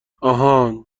آهان